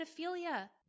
pedophilia